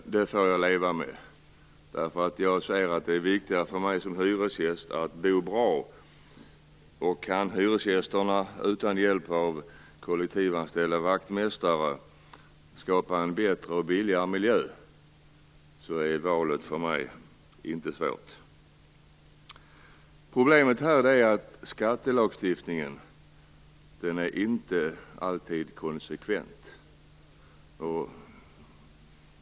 Det får jag leva med. Jag anser att det är viktigare för mig som hyresgäst att bo bra. Kan hyresgästerna utan hjälp av kollektivanställda vaktmästare skapa en bättre och billigare miljö är valet för mig inte svårt. Problemet är att skattelagstiftningen inte alltid är konsekvent.